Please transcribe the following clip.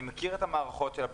אני מכיר את המערכות של הבנקים,